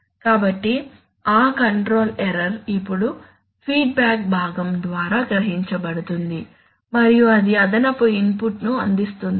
కాబట్టి ఆ control error ఇప్పుడు ఫీడ్బ్యాక్ భాగం ద్వారా గ్రహించబడుతుంది మరియు అది అదనపు ఇన్పుట్ను అందిస్తుంది